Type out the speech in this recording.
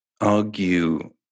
argue